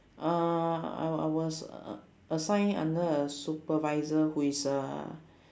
uh I I was a~ assign under a supervisor who is a